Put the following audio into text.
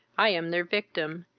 i am their victim,